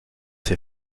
ses